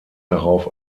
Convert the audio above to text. darauf